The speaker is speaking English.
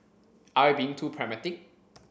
are we being too pragmatic